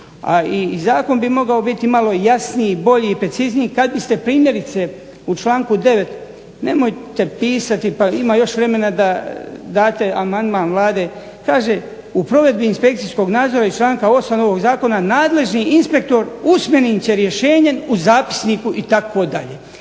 A i zakon bi mogao biti malo jasniji, bolji i precizniji kad biste primjerice u članku 9. – nemojte pisati pa ima još vremena da date amandman Vlade, kaže: "U provedbi inspekcijskog nadzora iz članka 8. ovog zakona nadležni inspektor usmenim će rješenjem u zapisniku itd." Ne